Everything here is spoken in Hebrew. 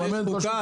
אבל יש חוקה.